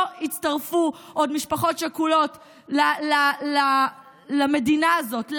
יצטרפו עוד משפחות שכולות למדינה הזאת,